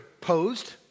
posed